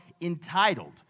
entitled